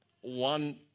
one